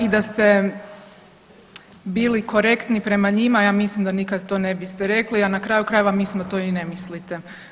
I da ste bili korektni prema njima ja mislim da nikad to ne biste rekli, a na kraju krajeva mislim da to i ne mislite.